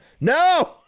No